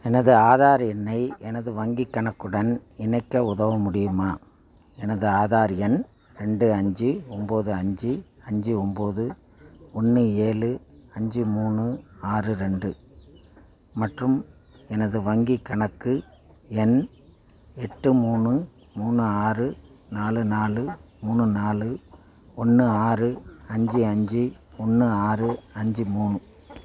எனது ஆதார் எண்ணை எனது வங்கிக் கணக்குடன் இணைக்க உதவ முடியுமா எனது ஆதார் எண் ரெண்டு அஞ்சு ஒம்பது அஞ்சு அஞ்சு ஒம்பது ஒன்று ஏழு அஞ்சு மூணு ஆறு ரெண்டு மற்றும் எனது வங்கிக் கணக்கு எண் எட்டு மூணு மூணு ஆறு நாலு நாலு மூணு நாலு ஒன்று ஆறு அஞ்சு அஞ்சு ஒன்று ஆறு அஞ்சு மூணு